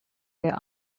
their